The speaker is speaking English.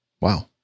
Wow